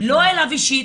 לא אליו אישית,